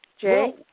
Jay